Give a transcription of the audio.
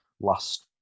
last